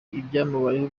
ibyamubayeho